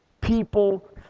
people